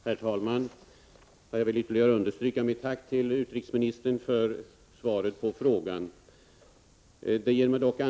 Herr talman! Jag vill ytterligare understryka mitt tack till utrikesministern för svaret på frågan.